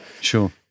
sure